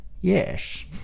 Yes